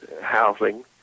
housing